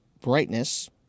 brightness